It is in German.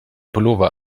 pullover